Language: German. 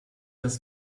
das